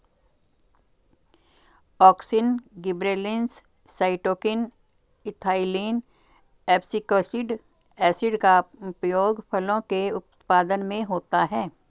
auxin, gibberellins, cytokine, ethylene, abscisic acid का उपयोग फलों के उत्पादन में होता है